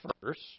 first